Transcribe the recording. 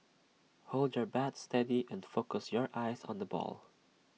hold your bat steady and focus your eyes on the ball